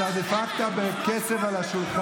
לא דופקים פה על השולחן.